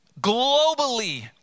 globally